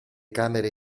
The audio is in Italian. camere